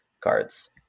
cards